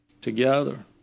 together